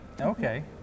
Okay